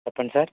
చెప్పండి సార్